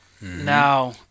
Now